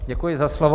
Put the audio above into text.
Děkuji za slovo.